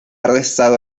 arrestado